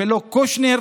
ולא קושנר